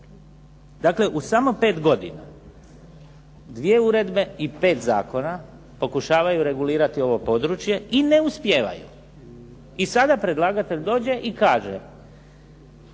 Dakle, u samo pet godina dvije uredbe i pet zakona pokušavaju regulirati ovo područje i ne uspijevaju. I sada predlagatelj dođe i kaže: